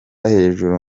hejuru